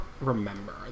remember